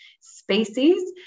species